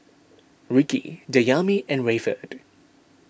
Ricki Dayami and Rayford